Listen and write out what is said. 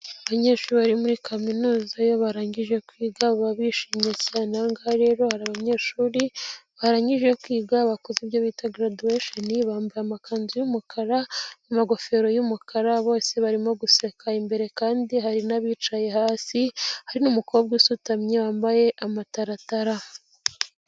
Abanyeshuri bari muri kaminuza iyo barangije kwiga baba bishimye cyane. Aha ngaha rero hari abanyeshuri barangije kwiga bakoze ibyo bita garaduwesheni. Bambaye amakanzu y'umukara n'amagofero y'umukara bose barimo guseka. Imbere kandi hari n'abicaye hasi, hari n'umukobwa usutamye wambaye amataratara.